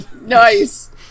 Nice